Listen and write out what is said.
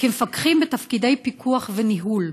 כמפקחים בתפקידי פיקוח וניהול.